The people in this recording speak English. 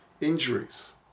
injuries